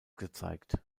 gezeigt